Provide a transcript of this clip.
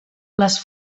les